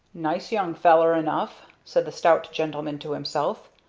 nice young feller enough, said the stout gentleman to himself,